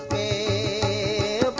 a